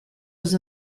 was